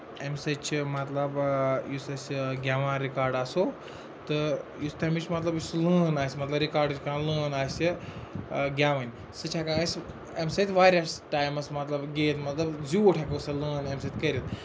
اَمہِ سۭتۍ چھُ مطلب یُس أسۍ گیوان رِکاڈ آسو تہٕ یُس تَمِچ مطلب یُس تَتھ لٲن آسہِ مطلب رِکاڈٕچ کانٛہہ لٲن آسہِ گیوٕنۍ سُہ چھِ ہیٚکان أسۍ اَمہِ سۭتۍ واریاہَس ٹایمَس مطلب گیوِتھ مطلب زیوٗٹھ ہیٚکو سۄ لٲن اَمہِ سۭتۍ کٔرِتھ